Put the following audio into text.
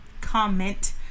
comment